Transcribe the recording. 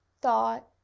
thought